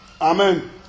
Amen